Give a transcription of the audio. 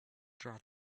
draw